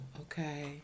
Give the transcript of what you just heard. Okay